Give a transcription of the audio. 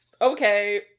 okay